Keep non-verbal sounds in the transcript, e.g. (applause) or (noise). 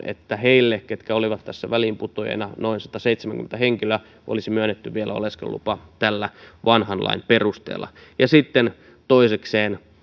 (unintelligible) että niille ketkä olivat tässä väliinputoajina noin sataseitsemänkymmentä henkilöä olisi vielä myönnetty oleskelulupa vanhan lain perusteella sitten toisekseen